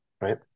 right